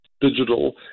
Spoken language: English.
digital